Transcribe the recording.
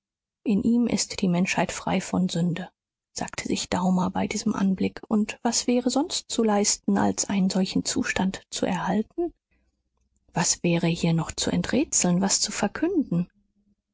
in ihm ist die menschheit frei von sünde sagte sich daumer bei diesem anblick und was wäre sonst zu leisten als einen solchen zustand zu erhalten was wäre hier noch zu enträtseln was zu verkünden